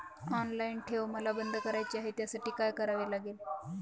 Online ठेव मला बंद करायची आहे, त्यासाठी काय करावे लागेल?